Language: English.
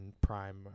Prime